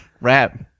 rap